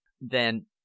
Then